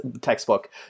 textbook